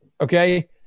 okay